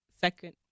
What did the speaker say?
second